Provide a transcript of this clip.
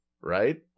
right